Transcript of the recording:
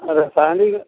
आ रासायनिक